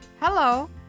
hello